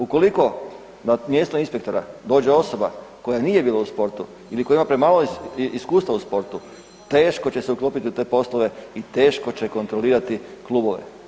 Ukoliko na mjesto inspektora dođe osoba koja nije bila u sportu ili koja ima premalo iskustva u sportu teško će se uklopiti u te poslove i teško će kontrolirati klubove.